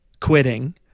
quitting